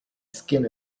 skin